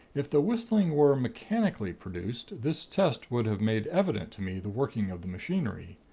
if the whistling were mechanically produced, this test would have made evident to me the working of the machinery,